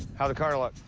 how'd the car look?